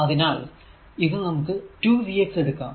അതിനാൽ ഇത് നമുക്ക് 2 v x എടുക്കാം